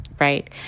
Right